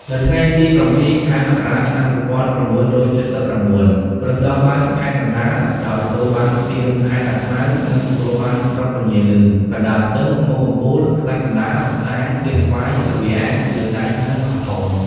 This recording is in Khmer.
នៅថ្ងៃទី ០៧ ខែមករា ឆ្នាំ ១៩៧៩ រំដោះបានខេត្តកណ្តាល ដោយទទួលបានទីរួមខេត្ត តាខ្មៅ និងទទួលបានស្រុក ពញាឮ កណ្តាលស្ទឹង មុខកំពូល ខ្សាច់កណ្តាល ស្អាង កៀនស្វាយ ល្វាឯម លើកដែក និងកោះធំ។